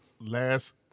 last